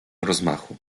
rozmachu